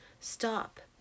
stop